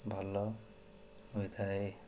ଭଲ ହୋଇଥାଏ